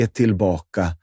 tillbaka